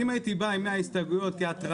אם הייתי בא עם 100 הסתייגויות כהטרלה